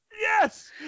Yes